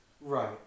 Right